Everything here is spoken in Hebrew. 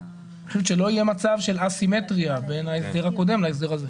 שלא יהיה מצב של א-סימטריה בין ההסדר הקודם להסדר הזה.